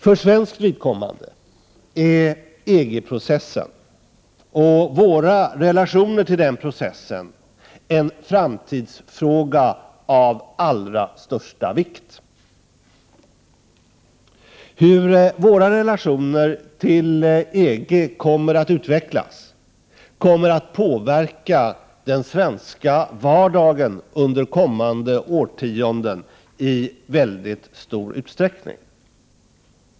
För svenskt vidkommande är EG-processen och våra relationer till den processen en framtidsfråga av allra största vikt. Hur våra relationer till EG Prot. 1988/89:129 kommer att utvecklas kommer i mycket stor utsträckning att påverka den 6 juni 1989 svenska vardagen under kommande årtionden.